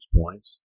points